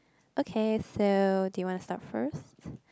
okay so do you want to start first